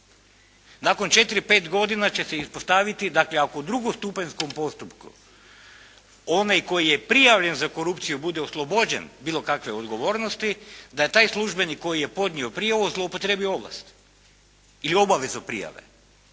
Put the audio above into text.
pet godina će se ispostaviti dakle ako u drugostupanjskom postupku onaj koji je prijavljen za korupciju bude oslobođen bilo kakve odgovornosti, da taj službenik koji je podnio prijavu zloupotrijebio ovlast. Ili obavezu prijave.